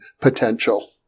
potential